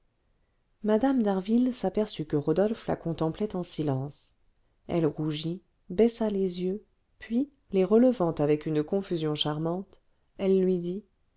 mme d'harville s'aperçut que rodolphe la contemplait en silence elle rougit baissa les yeux puis les relevant avec une confusion charmante elle lui dit